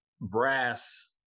brass